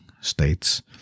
states